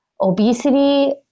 obesity